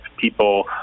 people